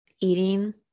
eating